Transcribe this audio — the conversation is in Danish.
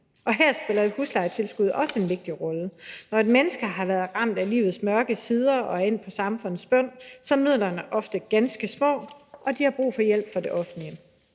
Og her spiller huslejetilskuddet også en vigtig rolle. Når et menneske har været ramt af livets mørke sider og er endt på samfundets bund, er midlerne ofte ganske små, og de har brug for hjælp fra det offentlige,